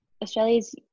Australia's